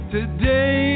Today